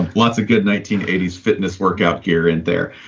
lots of good nineteen eighty s fitness workout gear in there.